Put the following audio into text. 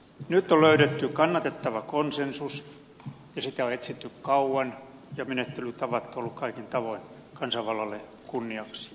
nyt on löydetty kannatettava konsensus ja sitä on etsitty kauan ja menettelytavat ovat olleet kaikin tavoin kansanvallalle kunniaksi